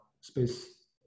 space